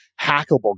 hackable